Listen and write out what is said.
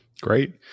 Great